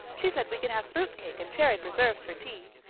she said we could have fruit cake and cherry preserves for tea.